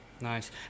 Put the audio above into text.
Nice